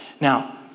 Now